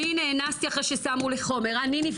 אני נאנסתי אחרי ששמו לי חומר,